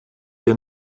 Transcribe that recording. dir